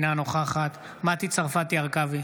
אינה נוכחת מטי צרפתי הרכבי,